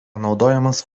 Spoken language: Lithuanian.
naudojamas